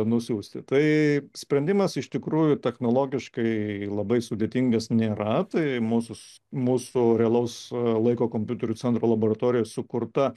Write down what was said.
nusiųsti tai sprendimas iš tikrųjų technologiškai labai sudėtingas nėra tai mūsų mūsų realaus laiko kompiuterių centro laboratorijoje sukurta